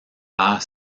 pères